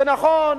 נכון,